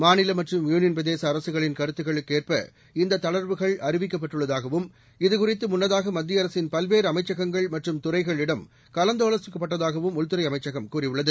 மாநில மற்றும் யூனியன் பிரதேச அரசுகளின் கருத்துகளுக்கேற்ப இந்த தளர்வுகள் அறிவிக்கப்பட்டுள்ளதாகவும் இதுகுறித்து முன்னதாக மத்திய அரசின் பல்வேறு அமைச்சகங்கள் மற்றும் துறைகளிடம் கலந்து ஆலோசிக்கப்பட்டதாகவும் உள்துறை அமைச்சகம் கூறியுள்ளது